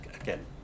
again